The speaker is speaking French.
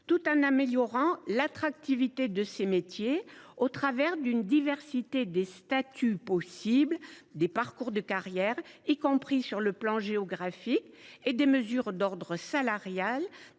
tout en améliorant l’attractivité de ses métiers, au travers d’une diversité des statuts possibles, des parcours de carrière, y compris sur le plan géographique, et par des mesures d’ordre salarial